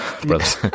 brothers